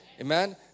Amen